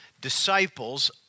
Disciples